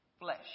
flesh